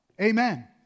Amen